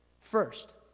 First